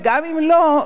גם אם לא,